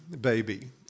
baby